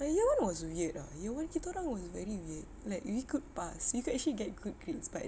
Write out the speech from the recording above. my year one was weird ah year one kita orang was very weird like we could pass we could actually get good grades but